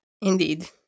Indeed